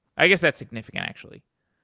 i guess that's significant, actually.